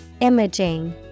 Imaging